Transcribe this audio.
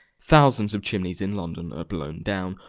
thousands of chimneys in london are blown down,